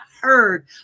heard